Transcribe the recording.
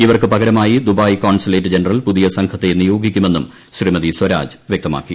ഇവർക്കു പകരമായി Dubai consulate general പുതിയ സംഘത്തിനെ നിയോഗിക്കുമെന്നും ശ്രീമതി സ്വരാജ് വ്യക്തമാക്കി